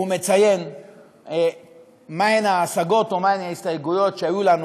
ומציין מהן ההשגות או מהן ההסתייגויות שהיו לנו,